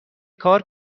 کار